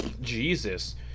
Jesus